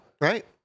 Right